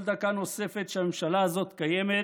כל דקה נוספת שהממשלה הזאת קיימת